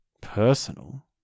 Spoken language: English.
personal